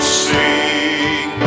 sing